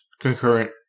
concurrent